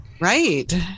right